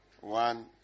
One